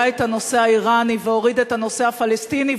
העלה את הנושא האירני והוריד את הנושא הפלסטיני.